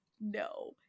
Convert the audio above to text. No